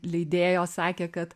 leidėjos sakė kad